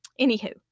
anywho